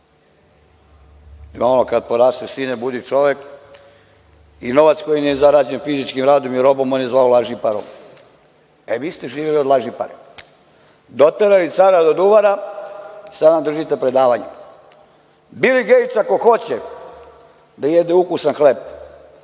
I ono – kad porasteš, sine, budi čovek. Novac koji nije zarađen fizičkim radom i robom on je zvao lažnim parama.E, vi ste živeli od lažipare. Doterali cara do duvara, sada nam držite predavanje. Bili Gejts ako hoće da jede ukusan hleb,